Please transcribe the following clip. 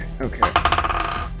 Okay